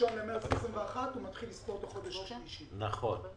היתה מכירת דירות של משקיעים, הכול בסדר.